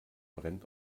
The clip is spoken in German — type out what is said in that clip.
brennt